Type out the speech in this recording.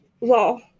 law